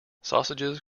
sausages